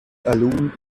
aaiún